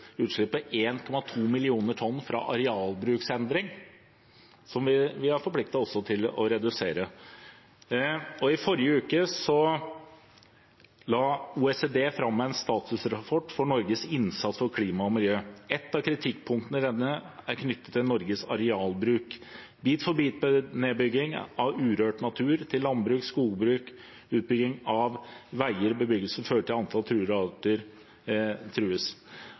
millioner tonn fra arealbruksendring som vi også er forpliktet til å redusere. I forrige uke la OECD fram en statusrapport om Norges innsats for klima og miljø. Et av kritikkpunktene i denne er knyttet til Norges arealbruk. Bit-for-bit-nedbygging av urørt natur til landbruk, skogbruk, utbygging av veier og bebyggelse fører til at antallet truede arter